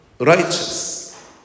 righteous